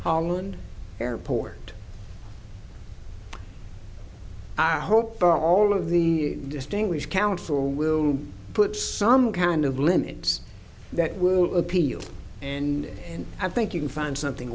holland airport i hope for all of the distinguished counsel will put some kind of limits that will appeal and i think you can find something